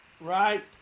right